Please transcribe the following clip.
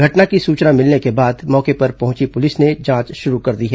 घटना की सूचना मिलने के बाद मौके पर पहुंची पुलिस ने जांच शुरू कर दी है